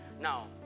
Now